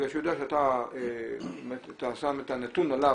בגלל שהוא יודע שאתה שם את הנתון עליו,